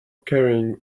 carrying